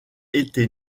été